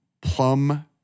plum